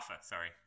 Sorry